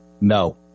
No